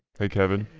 hey kevin?